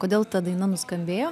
kodėl ta daina nuskambėjo